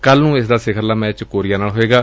ਕੱਲੂ ਨੂੰ ਇਸ ਦਾ ਸਿਖਰਲਾ ਮੈਚ ਕੋਰੀਆ ਨਾਲ ਹੋਵੇਗਾ